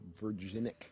virginic